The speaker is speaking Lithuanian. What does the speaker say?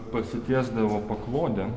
pasitiesdavo paklodę